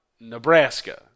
Nebraska